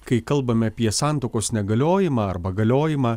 kai kalbame apie santuokos negaliojimą arba galiojimą